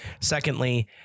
Secondly